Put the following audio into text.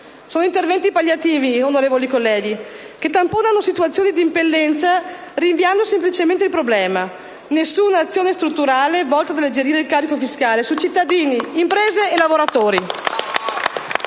Sono interventi palliativi, onorevoli colleghi, che tamponano situazioni di impellenza rinviando semplicemente il problema, nessuna azione strutturale volta ad alleggerire il carico fiscale su cittadini, imprese e lavoratori